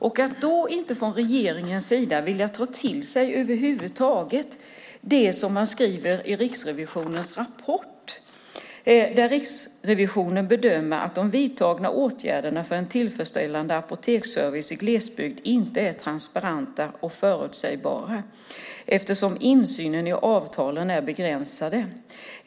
Man vill inte från regeringens sida över huvud taget ta till sig det som skrivs i Riksrevisionens rapport: Riksrevisionen bedömer att de vidtagna åtgärderna för en tillfredsställande apoteksservice i glesbygd inte är transparenta och förutsägbara eftersom insynen i avtalen är begränsad.